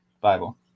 Bible